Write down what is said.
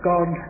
God